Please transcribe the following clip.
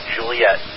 Juliet